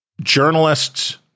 journalists